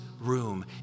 room